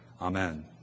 Amen